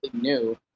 new